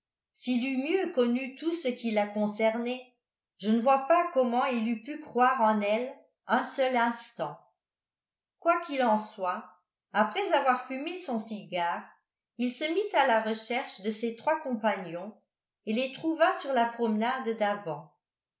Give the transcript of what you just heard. s'il eût mieux connu tout ce qui la concernait je ne vois pas comment il eût pu croire en elle un seul instant quoi qu'il en soit après avoir fumé son cigare il se mit à la recherche de ses trois compagnons et les trouva sur la promenade d'avant